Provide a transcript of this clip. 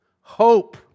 Hope